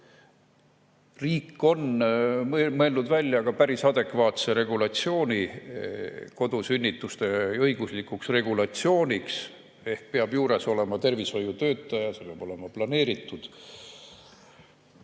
Riik on mõelnud välja päris adekvaatse regulatsiooni kodusünnituste õiguslikuks regulatsiooniks. Ehk peab juures olema tervishoiutöötaja, see peab olema planeeritud.